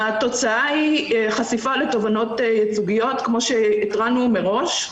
התוצאה היא חשיפה לתובנות ייצוגיות כמו שהתרענו מראש,